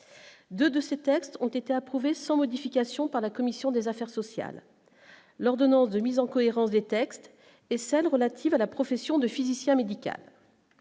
2 de ces textes ont été approuvé sans modification par la commission des affaires sociales, l'ordonnance de mise en cohérence des textes et celle relative à la profession de physicien médical,